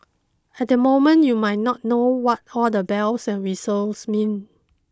at the moment you might not know what all the bells and whistles mean